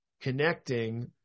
connecting